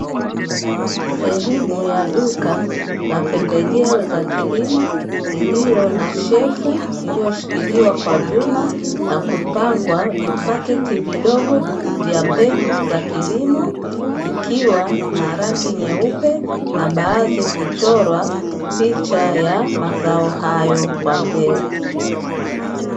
Sehemu ya duka la pembejeo za kilimo lililo na shelfu ililoshikiliwa kwa vyuma na kupangwa vipakiti vidogo vya mbegu za kilimo, zikiwa na rangi nyeupe na baadhi kuchorwa picha ya mazao hayo kwa mbele.